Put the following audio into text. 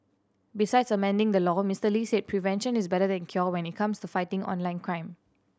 besides amending the law Mister Lee said prevention is better than cure when it comes to fighting online crime